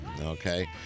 Okay